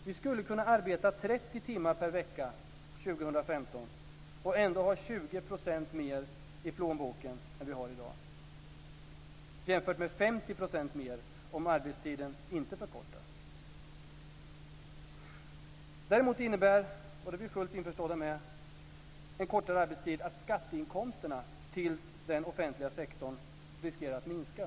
Vi skulle kunna arbeta 30 timmar per vecka år 2015 och ändå ha 20 % mer i plånboken än vi har i dag jämfört med 50 % mer om arbetstiden inte förkortas. Däremot innebär en kortare arbetstid, det är vi fullt införstådda med, att skatteinkomsterna till den offentliga sektorn riskerar att minska.